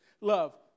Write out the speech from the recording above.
love